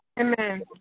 Amen